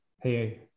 hey